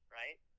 right